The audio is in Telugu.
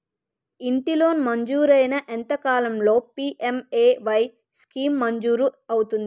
ఇంటి లోన్ మంజూరైన ఎంత కాలంలో పి.ఎం.ఎ.వై స్కీమ్ మంజూరు అవుతుంది?